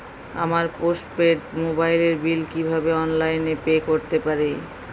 আমার post paid মোবাইলের bill কীভাবে অনলাইনে পে করতে পারি?